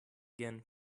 again